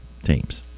Teams